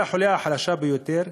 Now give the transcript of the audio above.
זו החוליה החלשה ביותר,